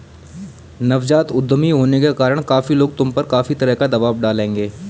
नवजात उद्यमी होने के कारण काफी लोग तुम पर काफी तरह का दबाव डालेंगे